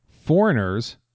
Foreigners